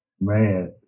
Man